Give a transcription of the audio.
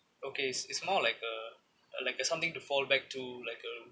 okay it's it's more like a like a something to fall back to like a